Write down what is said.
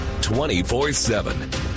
24-7